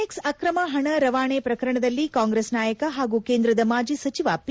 X ಅಕ್ರಮ ಪಣ ರವಾನೆ ಪ್ರಕರಣದಲ್ಲಿ ಕಾಂಗ್ರೆಸ್ ನಾಯಕ ಪಾಗೂ ಕೇಂದ್ರದ ಮಾಜಿ ಸಚಿವ ಪಿ